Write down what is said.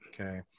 Okay